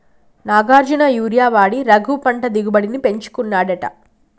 Nagarjuna urea వాడి రఘు పంట దిగుబడిని పెంచుకున్నాడట